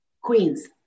Queens